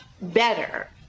better